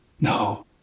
No